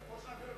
אני חושב.